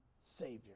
Savior